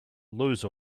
lose